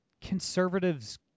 conservatives